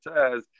says